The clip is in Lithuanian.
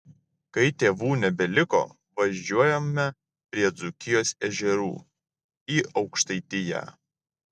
kai tėvų nebeliko važiuojame prie dzūkijos ežerų į aukštaitiją